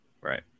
Right